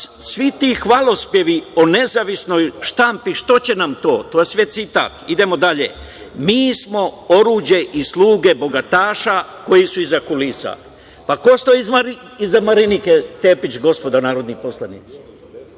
„Svi ti hvalospevi o nezavisnoj štampi, što će nam to?“ To je sve citat. Idemo dalje. „Mi smo oruđe i sluge bogataša koji su iza kulisa“. Ko stoji iza Marinike Tepić, gospodo narodni poslanici?